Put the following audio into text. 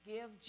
Give